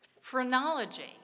Phrenology